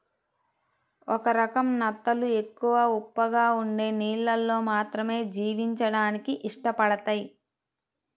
ఒక రకం నత్తలు ఎక్కువ ఉప్పగా ఉండే నీళ్ళల్లో మాత్రమే జీవించడానికి ఇష్టపడతయ్